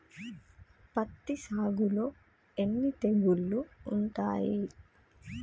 పత్తి సాగులో ఎన్ని తెగుళ్లు ఉంటాయి?